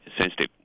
sensitive